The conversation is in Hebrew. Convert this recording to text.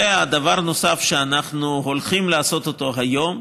דבר נוסף שאנחנו הולכים לעשות היום,